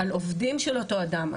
על עובדים של אותו אדם.